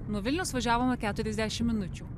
nuo vilniaus važiavome keturiasdešim minučių